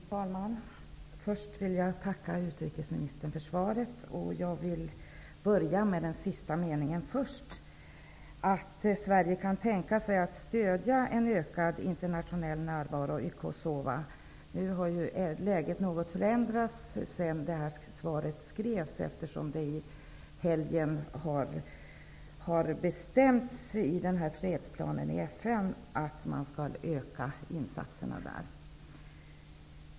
Fru talman! Först vill jag tacka utrikesministern för svaret. Jag vill börja med att ta upp den sista meningen, om att Sverige kan tänka sig att stödja en ökad internationell närvaro i Kosova. Läget har förändrats något sedan svaret skrevs, eftersom det i helgen i FN:s fredsplan har bestämts att man skall öka insatserna där.